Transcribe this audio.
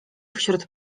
wśród